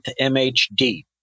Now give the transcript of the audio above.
MHD